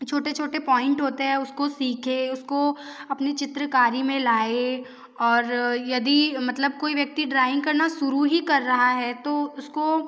छोटे छोटे पॉइंट होते हैं उसको सीखें उसको अपनी चित्रकारी में लाएं और यदि मतलब कोई व्यक्ति ड्राइंग करना शुरू ही कर रहा है तो उसको